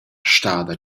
stada